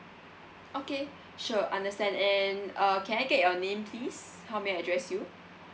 okay sure understand and uh can I get your name please how may I address you